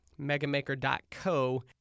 megamaker.co